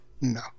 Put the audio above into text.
No